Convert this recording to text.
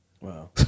wow